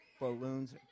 Balloons